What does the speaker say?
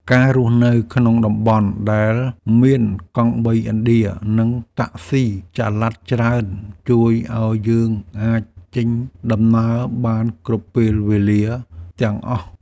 ការរស់នៅក្នុងតំបន់ដែលមានកង់បីឥណ្ឌានិងតាក់ស៊ីចល័តច្រើនជួយឱ្យយើងអាចចេញដំណើរបានគ្រប់ពេលវេលាទាំងអស់។